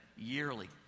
yearly